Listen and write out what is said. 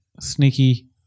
sneaky